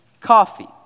coffee